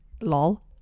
lol